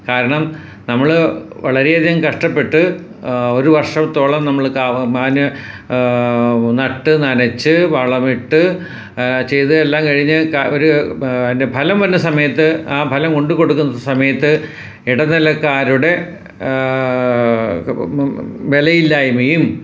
കാരണം നമ്മൾ വളരെ അധികം കഷ്ടപ്പെട്ട് ഒരു വർഷത്തോളം നമ്മൾ മാന്യ നട്ട് നനച്ച് വളമിട്ട് ചെയ്തതെല്ലാം കഴിഞ്ഞ് ഒരു അതിൻ്റെ ഫലം വന്ന സമയത്ത് ആ ഫലം കൊണ്ട് കൊടുക്കുന്ന സമയത്ത് ഇടനിലക്കാരുടെ വിലയില്ലായ്മ്മയും